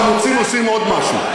החמוצים עושים עוד משהו,